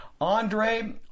Andre